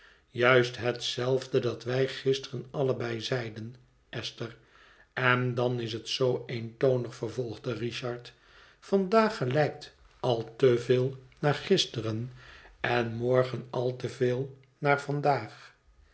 juist hetzelfde dat wij gisteren allebei zeiden esther en dan is het zoo eentonig vervolgde richard vandaag gelijkt al te veel naar gisteren en morgen al te veel naar vandaag